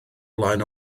flaen